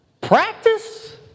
Practice